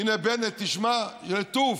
הינה, בנט, תשמע, טוף,